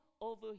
over